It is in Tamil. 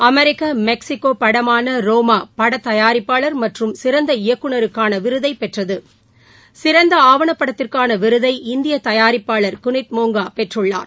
அமெரிக்க மெக்சிகோ படமான இயக்குனர் சிறந்த இயக்குனருக்கான விருதை பெற்றது சிறந்த ஆவணப்படத்திற்கான விருதை இந்திய தயாரிப்பாளர் குனித் மோங்கா பெற்றள்ளார்